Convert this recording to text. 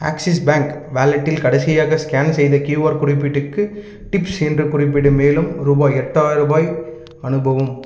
axis bank வாலெட்டில் கடைசியாக scan செய்த கியூஆர் குறியீட்டுக்கு டிப்ஸ் என்று குறிப்பிட்டு மேலும் ரூபாய் எட்டாயிரம் ரூபாய் அனுப்பவும்